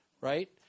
right